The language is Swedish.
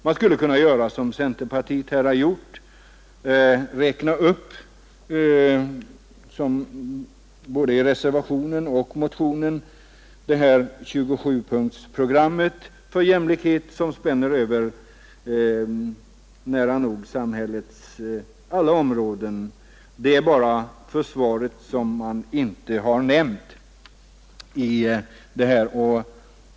Vi skulle kunna göra på samma sätt som centerpartiet har gjort i sin motion och i reservationen. Där har centern räknat upp ett 27-punktsprogram för jämlikhet, vilket spänner över nära nog samhällets alla områden. Det är bara försvaret som inte nämns där.